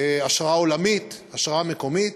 השראה עולמית, השראה מקומית,